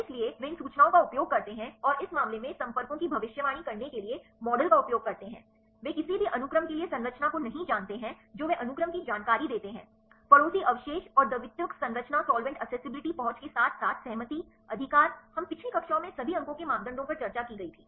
इसलिए वे इन सूचनाओं का उपयोग करते हैं और वे इस मामले में इस संपर्कों की भविष्यवाणी करने के लिए मॉडल का उपयोग करते हैं वे किसी भी अनुक्रम के लिए संरचना को नहीं जानते हैं जो वे अनुक्रम की जानकारी देते हैं पड़ोसी अवशेष और द्वितीयक संरचना सॉल्वेंट एक्सेसिबिलिटी पहुंच के साथ साथ सहमति अधिकार हम पिछली कक्षाओं में सभी अंकों के मापदंडों पर चर्चा की गई थी